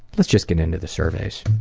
let's just get into the surveys,